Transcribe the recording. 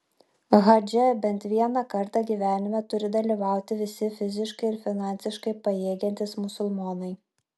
hadže bent vieną kartą gyvenime turi dalyvauti visi fiziškai ir finansiškai pajėgiantys musulmonai